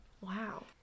Wow